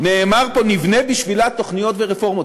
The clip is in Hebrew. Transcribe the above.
נאמר פה: "נבנה בשבילה תוכניות ורפורמות".